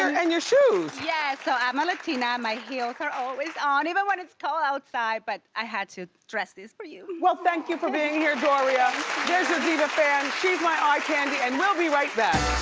and your shoes. yeah, so i'm a latina, my heels are always on, even when it's cold outside. but i had to dress these for you. well thank you for being here, doria. there's your diva fan, she's my eye candy, and we'll be right back.